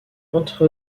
entre